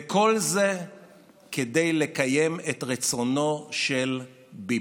וכל זה כדי לקיים את רצונו של ביבי.